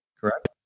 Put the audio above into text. correct